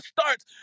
starts